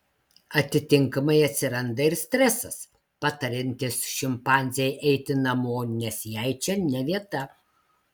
atitinkamai atsiranda ir stresas patariantis šimpanzei eiti namo nes jai čia ne vieta